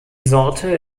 sorte